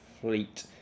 fleet